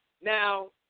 Now